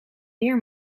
meer